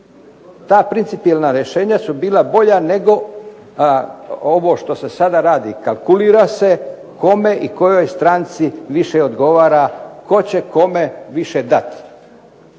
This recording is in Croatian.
Ta principijelna rješenja su bila bolja nego ovo što se sada radi, kalkulira se kome i kojoj stranci više odgovara tko će kome više dati.